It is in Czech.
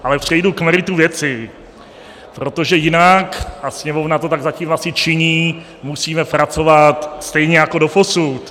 Ale přejdu k meritu věci, protože jinak a Sněmovna to tak zatím asi činí musíme pracovat stejně jako doposud.